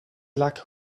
luck